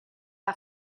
dot